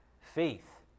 faith